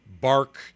bark